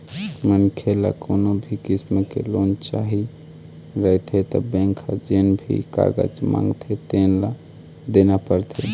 मनखे ल कोनो भी किसम के लोन चाही रहिथे त बेंक ह जेन भी कागज मांगथे तेन ल देना परथे